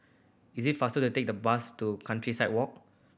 is it faster to take the bus to Countryside Walk